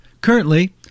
Currently